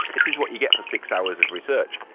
this is what you get for six hours of research.